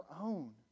own